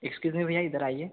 excuse me भैया इधर आइए